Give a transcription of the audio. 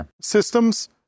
systems